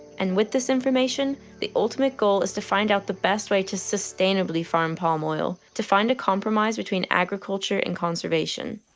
and with this information the ultimate goal is to find out the best way to sustainably farm palm oil to find a compromise between agriculture and conservation.